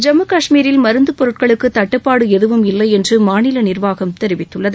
ஜம்மு கஷ்மீரில் மருந்துப் பொருட்களுக்கு தட்டுப்பாடு எதுவும் இல்லை என்று மாநில நீர்வாகம் தெரிவித்துள்ளது